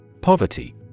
Poverty